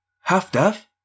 Half-deaf